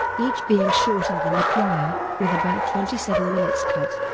each being shorter than the prior, with about twenty seven minutes cut.